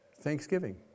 Thanksgiving